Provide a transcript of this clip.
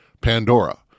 Pandora